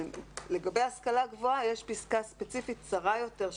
לגבי השכלה גבוהה יש פסקה ספציפית צרה יותר,